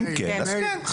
אם כן אז כן.